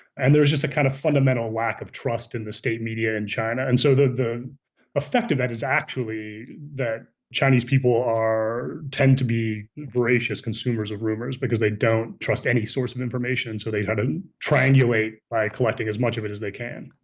and there's just a kind of fundamental lack of trust in the state media in china and so the the effect of that is actually that chinese people are tend to be voracious consumers of rumors because they don't trust any source of information. so they try to triangulate by collecting as much of it as they can.